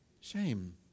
shame